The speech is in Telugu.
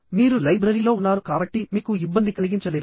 మీరు లైబ్రరీలో ఉన్నారు కాబట్టి మీకు ఇబ్బంది కలిగించలేరు